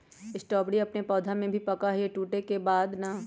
strawberry अपन पौधा में ही पका हई टूटे के बाद ना